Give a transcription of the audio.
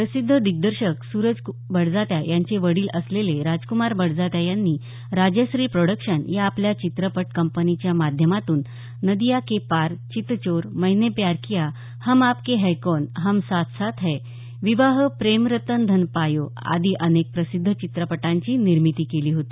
प्रसिद्ध दिग्दर्शक सूरज बडजात्या यांचे वडील असलेले राजक्मार बडजात्या यांनी राजश्री प्रोडक्शन या आपल्या चित्रपट कंपनीच्या माध्यमातून नदिया के पार चितचोर मैने प्यार किया हम आपके है कौन हम साथ साथ है विवाह प्रेम रतन धन पायो आदी अनेक प्रसिद्ध चित्रपटांची निर्मिती केली होती